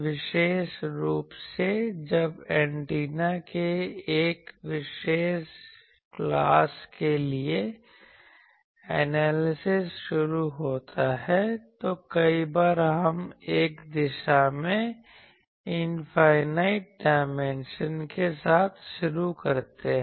विशेष रूप से जब एंटीना के एक विशेष क्लास के लिए एनालिसिस शुरू होता है तो कई बार हम एक दिशा में इनफाइनाइट डायमेंशन के साथ शुरू करते हैं